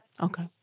Okay